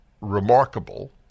remarkable